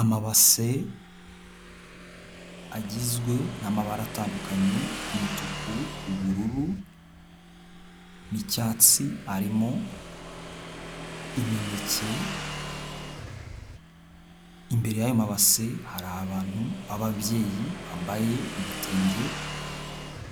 Amabase agizwe n'amabara atandukanye, umutuku, ubururu n'icyatsi arimo imineke, imbere yayo mabase hari abantu b'ababyeyi bambaye ibitenge,